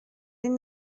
این